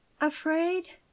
afraid